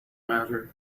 matter